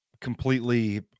completely